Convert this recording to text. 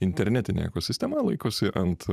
internetinė ekosistema laikosi ant